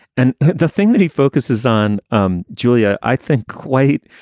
and the thing that he focuses on, um julia, i think, quite